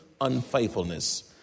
unfaithfulness